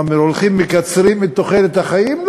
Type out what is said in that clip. מה, הולכים ומקצרים את תוחלת החיים?